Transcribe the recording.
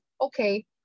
okay